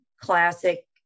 classic